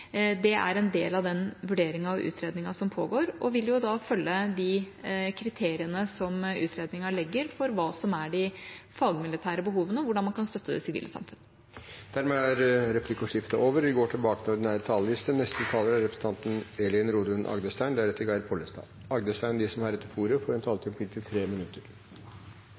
Det er en del av den vurderingen og utredningen som pågår, og vil følge de kriteriene som utredningen legger for hva som er de fagmilitære behovene, og hvordan man kan støtte det sivile samfunn. Replikkordskiftet er omme. De talere som heretter får ordet, har en taletid på inntil 3 minutter. For Høyre er